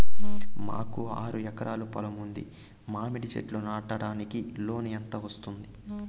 మాకు ఆరు ఎకరాలు పొలం ఉంది, మామిడి చెట్లు నాటడానికి లోను ఎంత వస్తుంది?